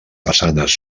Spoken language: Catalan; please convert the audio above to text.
façanes